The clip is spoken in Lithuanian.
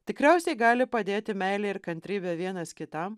tikriausiai gali padėti meilė ir kantrybė vienas kitam